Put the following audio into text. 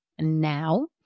now